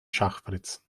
schachbretts